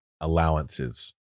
allowances